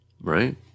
Right